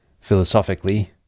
philosophically